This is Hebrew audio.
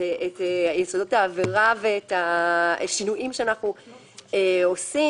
את יסודות העבירה ואת השינויים שאנחנו עושים.